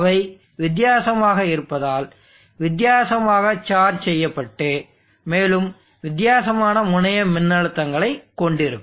அவை வித்தியாசமாக இருப்பதால் வித்தியாசமாக சார்ஜ் செய்யப்பட்டு மேலும் வித்தியாசமான முனைய மின்னழுத்தங்களைக் கொண்டிருக்கும்